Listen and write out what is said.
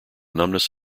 numbness